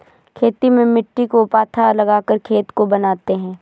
खेती में मिट्टी को पाथा लगाकर खेत को बनाते हैं?